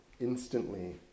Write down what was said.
instantly